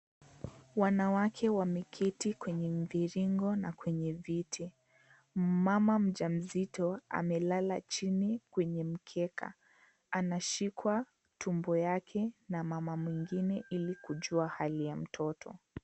Wanawake wameketi kwenye mviringo na Kwenye viti, mama mjamzito amelala chini kwenye mkeka, anashikwa tumbo yake na mama mwingine ili kujua hali ya mtoto.